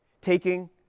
taking